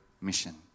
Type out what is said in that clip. mission